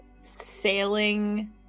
sailing